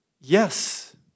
yes